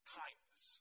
kindness